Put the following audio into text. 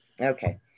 okay